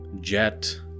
Jet